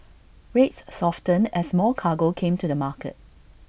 rates softened as more cargo came to the market